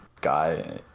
guy